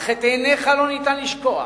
אך את עיניך אי-אפשר לשכוח,